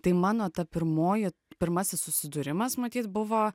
tai mano ta pirmoji pirmasis susidūrimas matyt buvo